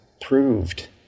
proved